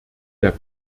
der